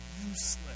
useless